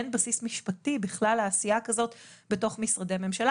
אין בסיס משפטי בכלל לעשייה כזאת בתוך משרדי ממשלה.